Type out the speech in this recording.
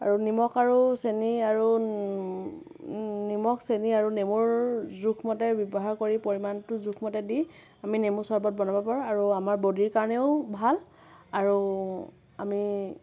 আৰু নিমখ আৰু চেনি আৰু নিমখ চেনি আৰু নেমুৰ জোখ মতে ব্যৱহাৰ কৰি পৰিমাণটো জোখ মতে দি আমি নেমু চৰ্বত বনাব পাৰোঁ আৰু আমাৰ বডিৰ কাৰণেও ভাল আৰু আমি